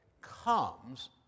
comes